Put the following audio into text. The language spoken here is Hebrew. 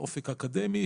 אופק אקדמי,